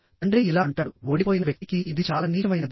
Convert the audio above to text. తండ్రి ఇలా అంటాడుః ఓడిపోయిన వ్యక్తికి ఇది చాలా నీచమైనది